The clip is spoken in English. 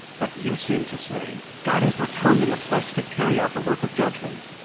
but you seemed to say god has returned in the flesh to carry out the work of judgment.